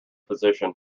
physician